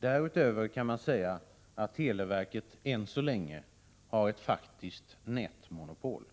Därutöver kan man säga att televerket än så länge har ett faktiskt nätmonopol.